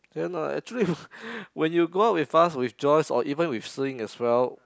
eh no actually when you go out with us with Joyce or even with si ying as well